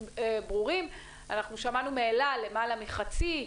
שמענו מאל-על למעלה מחצי,